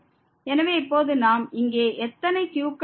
எனவே இப்போது இங்கே எத்தனை q க்கள் உள்ளன